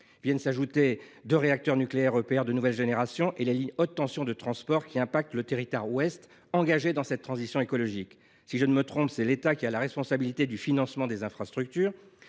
il faut ajouter les deux réacteurs nucléaires EPR de nouvelle génération et la ligne à haute tension de transport, qui a un impact sur l’ouest du territoire, engagé dans cette transition écologique. Si je ne me trompe, c’est l’État qui a la responsabilité du financement des infrastructures.